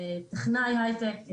טכנאי הייטק,